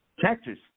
Texas